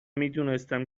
میدونستم